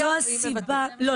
לא,